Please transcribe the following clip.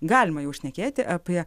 galima jau šnekėti apie